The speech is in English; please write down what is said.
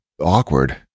awkward